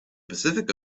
pacific